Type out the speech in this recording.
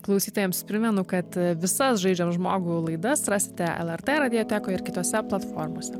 klausytojams primenu kad visas žaidžiam žmogų laidas rasite lrt radiotekoj ir kitose platformose